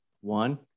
one